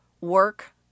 work